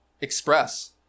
express